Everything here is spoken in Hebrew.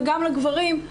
וגם לגברים.